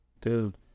Dude